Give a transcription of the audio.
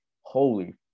holy